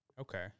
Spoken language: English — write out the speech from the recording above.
okay